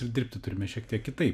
ir dirbti turime šiek tiek kitaip